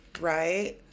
right